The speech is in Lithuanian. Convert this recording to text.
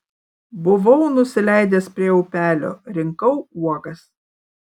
buvau nusileidęs prie upelio rinkau uogas